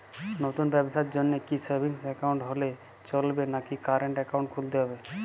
নতুন ব্যবসার জন্যে কি সেভিংস একাউন্ট হলে চলবে নাকি কারেন্ট একাউন্ট খুলতে হবে?